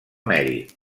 mèrit